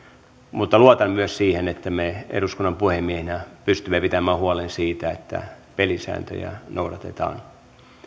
mutta luotan myös siihen että me eduskunnan puhemiehinä pystymme pitämään huolen siitä että pelisääntöjä noudatetaan